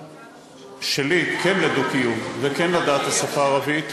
שלי כן לדו-קיום וכן לדעת את השפה הערבית.